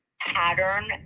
pattern